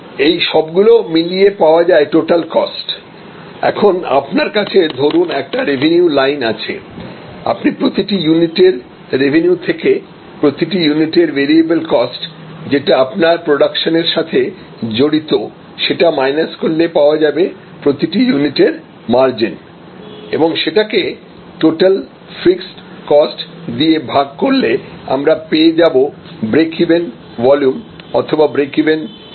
এই সবগুলো মিলিয়ে পাওয়া যায় টোটাল কস্ট এখন আপনার কাছে ধরুন একটা রেভিনিউ লাইন আছে এখন প্রতিটি ইউনিটের রেভিনিউ থেকে প্রতিটি ইউনিটের ভেরিয়েবল কস্ট যেটা আপনার প্রোডাকশন এর সাথে জড়িত সেটা মাইনাস করলে পাওয়া যাবে প্রতিটি ইউনিটের মার্জিন এবং সেটাকে টোটাল ফিক্সড কস্ট দিয়ে ভাগ করলে আমরা পেয়ে যাব ব্রেক ইভেন ভলিউম অথবা ব্রেক ইভেন সেলস